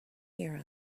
here